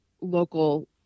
Local